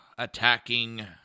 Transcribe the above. Attacking